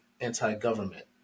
anti-government